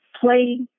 play